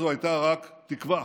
אז זו הייתה רק תקווה,